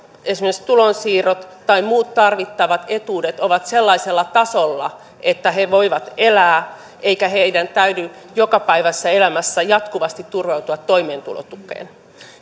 esimerkiksi tulonsiirrot tai muut tarvittavat etuudet ovat sellaisella tasolla että he voivat elää eikä heidän täydy jokapäiväisessä elämässä jatkuvasti turvautua toimeentulotukeen